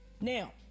Now